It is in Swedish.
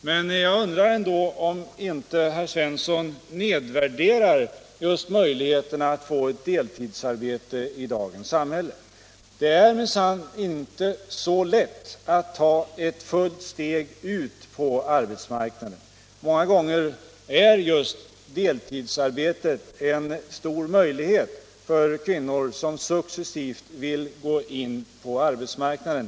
Men jag undrar ändå om inte herr Svensson nedvärderar deltidsarbetet i dagens samhälle. Det är minsann inte så lätt att ta steget fullt ut på arbetsmarknaden. Många gånger innebär just deltidsarbetet en möjlighet för kvinnor, som successivt vill gå ut på arbetsmarknaden.